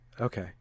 Okay